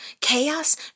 Chaos